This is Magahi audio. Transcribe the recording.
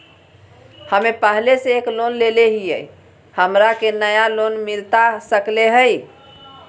हमे पहले से एक लोन लेले हियई, हमरा के नया लोन मिलता सकले हई?